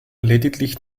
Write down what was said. lediglich